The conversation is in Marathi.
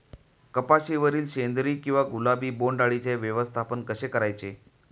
कपाशिवरील शेंदरी किंवा गुलाबी बोंडअळीचे व्यवस्थापन कसे करायचे?